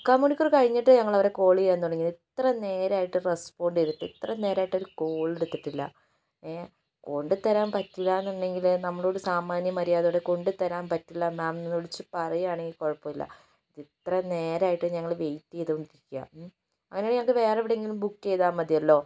മുക്കാൽ മണിക്കൂര് കഴിഞ്ഞിട്ട് ഞങ്ങള് അവരെ കാള് ചെയ്യാന് തുടങ്ങിയത് ഇത്ര നേരമായിട്ട് ഒരു റാസ്പോണ്ടു ചെയ്യ്തിട്ടില്ല ഇത്ര നേരമായിട്ടും ഒരു കാള് എടുത്തിട്ടില്ല കൊണ്ടു തരാന് പറ്റില്ലാന്നുണ്ടെങ്കില് നമ്മളോട് സാമാന്യ മരൃാദ കൊണ്ട് തരാന് പറ്റില്ല മാം വിളിച്ചു പറയുകയാണേൽ കുഴപ്പമില്ല ഇത്ര നേരമായിട്ടും ഞങ്ങള് വെയിറ്റ് ചെയ്തുകൊണ്ടിരിക്കുവാണ് അങ്ങനെ ഞങ്ങള്ക്കു വേറെ എവിടെയെങ്കിലും ബുക്ക് ചെയ്താൽ മതിയല്ലോ